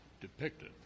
depicted